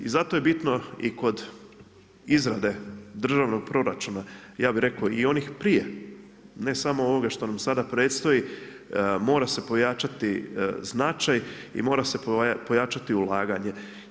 I zato je bitno i kod izrade državnog proračuna, ja bih rekao i onih prije ne samo ovoga što nam sada predstoji mora se pojačati značaj i mora se pojačati ulaganje.